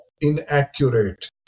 inaccurate